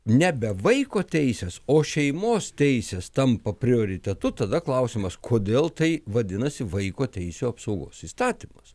nebe vaiko teisės o šeimos teisės tampa prioritetu tada klausimas kodėl tai vadinasi vaiko teisių apsaugos įstatymas